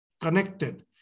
connected